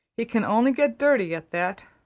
he can only get dirty at that.